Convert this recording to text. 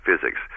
physics